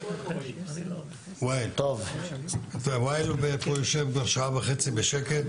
ואיל יושב כבר שעה וחצי בשקט.